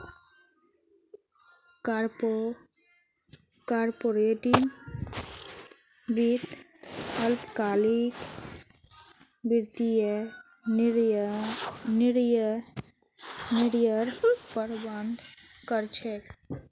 corporate वित्त अल्पकालिक वित्तीय निर्णयर प्रबंधन कर छे